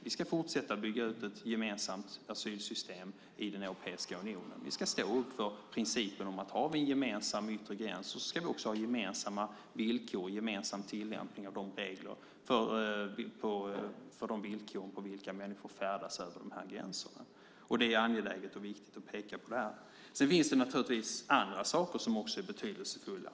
Vi ska fortsätta att bygga ut ett gemensamt asylsystem i Europeiska unionen. Vi ska stå upp för principen om att vi, när vi nu har en gemensam yttre gräns, också ska ha gemensamma villkor och gemensam tillämpning av reglerna för de villkor på vilka människor färdas över gränserna. Det är angeläget och viktigt att peka på det här. Sedan finns det naturligtvis andra saker som också är betydelsefulla.